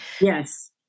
Yes